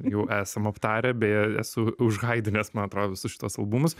jau esam aptarę beje esu užhaidinęs man atrodo visus šituos albumus